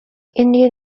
indian